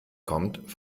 kommt